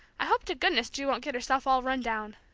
i hope to goodness ju won't get herself all run down!